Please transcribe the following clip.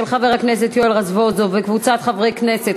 של חבר הכנסת יואל רזבוזוב וקבוצת חברי הכנסת.